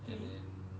and then